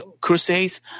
crusades